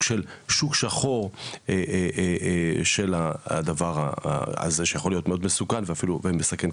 של שוק שחור של הדבר הזה שיכול להיות מאוד מסוכן ומסכן,